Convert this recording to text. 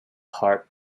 harp